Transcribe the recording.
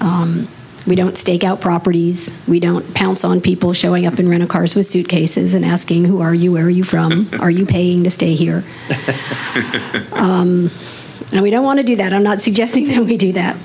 we don't stake out properties we don't pounce on people showing up in rental cars with suitcases and asking who are you where are you from are you paying to stay here and we don't want to do that i'm not suggesting that we do that